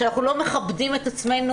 שאנחנו לא מכבדים את עצמנו,